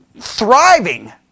thriving